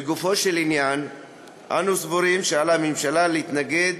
לגופו של עניין אנו סבורים שעל הממשלה להתנגד